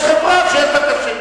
יש חברה שיש בה,